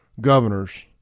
governors